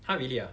!huh! really ah